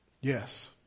yes